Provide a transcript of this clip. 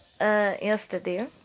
yesterday